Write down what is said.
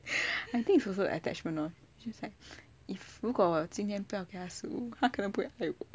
I think is also attachment lor just like 如果今天不要给它食物它可能不会爱我